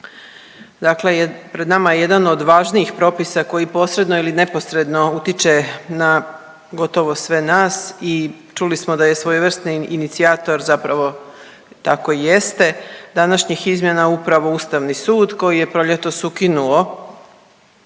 Dakle pred nama je jedan od važnijih propisa koji posredno ili neposredno utiče na gotovo sve nas i čuli smo da je svojevrsni inicijator zapravo tako jeste, današnjih izmjena upravo Ustavni sud koji je proljetos ukinuo